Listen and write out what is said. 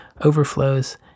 overflows